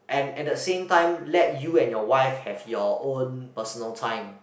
and at the same time let you and your wife have your own personal time